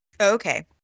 Okay